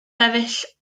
sefyll